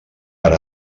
per